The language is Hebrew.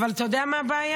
אבל אתה יודע מה הבעיה?